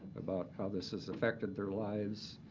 about how this has affected their lives.